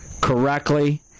correctly